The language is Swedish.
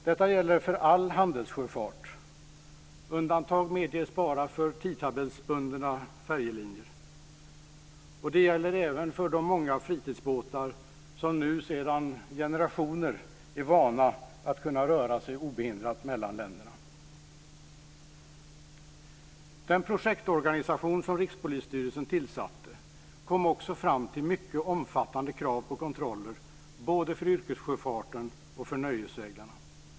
Detta gäller för all handelssjöfart - undantag medges bara för tidtabellsbundna färjelinjer - och även för de många fritidsbåtsägarna, som sedan generationer tillbaka är vana vid att kunna röra sig obehindrat mellan länderna. Den projektorganisation som Rikspolisstyrelsen tillsatte kom också fram till mycket omfattande krav på kontroller både för yrkessjöfarten och för nöjesseglarna.